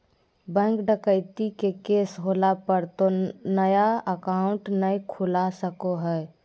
bank डकैती के case होला पर तो नया अकाउंट नय खुला सको हइ